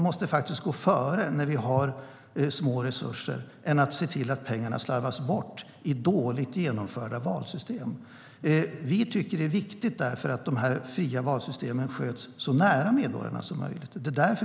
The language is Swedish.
Det måste gå före när vi har små resurser, i stället för att slarva bort pengarna i dåligt genomförda valsystem. Vi tycker att det är viktigt att de fria valsystemen sköts så nära medborgarna som möjligt.